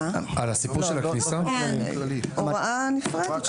הוראה נפרדת.